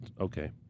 okay